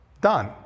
done